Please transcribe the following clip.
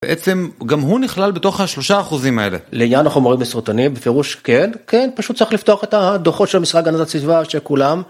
בעצם, גם הוא נכלל בתוך השלושה האחוזים האלה. לעניין החומרים הסרטונים, בפירוש כן, כן, פשוט צריך לפתוח את הדוחות של משרד הגנת הסביבה, שכולם...